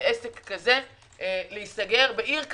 לעסוק כזה להיסגר בעיר כזאת.